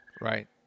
Right